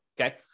okay